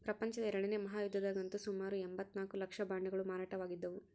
ಪ್ರಪಂಚದ ಎರಡನೇ ಮಹಾಯುದ್ಧದಗಂತೂ ಸುಮಾರು ಎಂಭತ್ತ ನಾಲ್ಕು ಲಕ್ಷ ಬಾಂಡುಗಳು ಮಾರಾಟವಾಗಿದ್ದವು